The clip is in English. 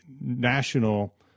National